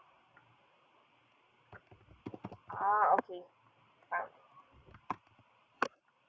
ah okay